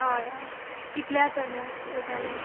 हय अय कितले जातले टोटल